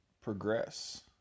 progress